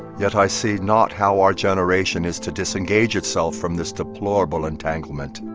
yet i see not how our generation is to disengage itself from this deplorable entanglement